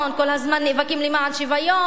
כל הזמן נאבקים למען שוויון,